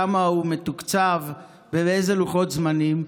בכמה הוא מתוקצב ובאילו לוחות זמנים.